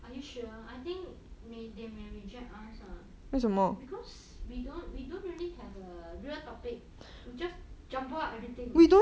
are you sure I think may they may reject us lah because we don't we don't really have a real topic we just jumble up everything